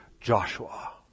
Joshua